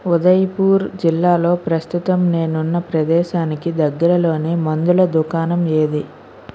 ఉదయ్పూర్ జిల్లాలో ప్రస్తుతం నేనున్న ప్రదేశానికి దగ్గరలోని మందుల దుకాణం ఏది